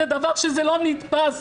זה דבר שלא נתפס,